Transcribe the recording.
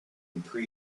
pre